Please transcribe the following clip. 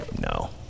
No